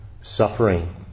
suffering